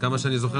נקודה שנייה,